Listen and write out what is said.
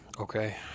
Okay